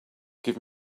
give